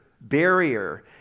barrier